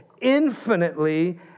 infinitely